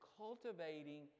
cultivating